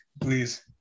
please